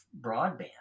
broadband